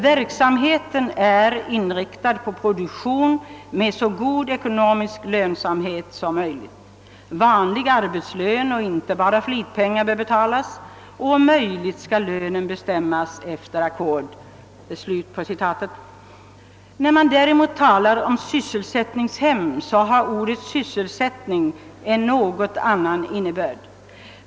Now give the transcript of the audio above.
Verksamheten är inriktad på produktion med så god ekonomisk lönsamhet som möjligt. Vanlig arbetslön och inte bara flitpengar bör betalas. Om möjligt skall lönen bestämmas efter ackord.» När det däremot talas om sysselsättningshem har ordet »sysselsättning» en något annan innebörd.